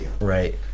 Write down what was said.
Right